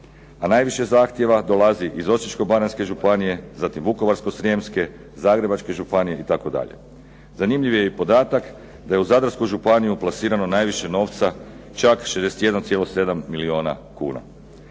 A najviše zahtjeva dolazi iz Osječko-baranjske županije, zatim Vukovarsko-srijemske, Zagrebačke itd. Zanimljiv je podatak da je u Zadarsku županiju plasirano najviše novca čak 61,7 milijuna kuna.